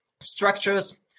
structures